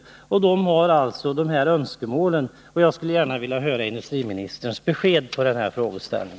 Avdelningen har alltså detta önskemål, och jag skulle gärna vilja höra industriministerns besked i denna frågeställning.